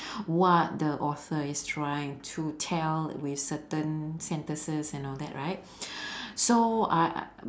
what the author is trying to tell with certain sentences and all that right so I